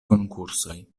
konkursoj